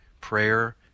prayer